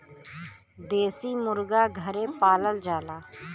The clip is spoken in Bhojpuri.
देसी मुरगा घरे पालल जाला